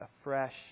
afresh